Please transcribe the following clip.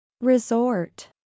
Resort